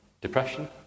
Depression